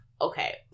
Okay